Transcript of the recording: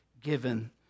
given